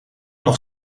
nog